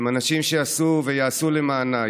הם אנשים שעשו ויעשו למענה,